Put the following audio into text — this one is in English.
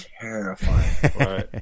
terrifying